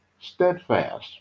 steadfast